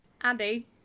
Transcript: Andy